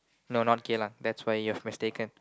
no not Geylang that's where you've mistaken